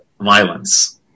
violence